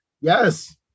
Yes